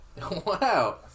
Wow